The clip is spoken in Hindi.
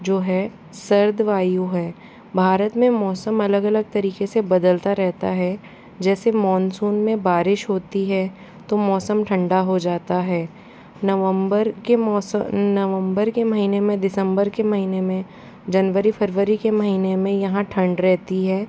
जो है सर्द वायु है भारत में मौसम अलग अलग तरीक़े से बदलता रहता है जैसे मोनसून में बारिश होती है तो मौसम ठंडा हो जाता है नवम्बर के मौसम नवम्बर के महीने में दिसम्बर के महीने में जनवरी फरवरी के महीने में यहाँ ठंड रहती है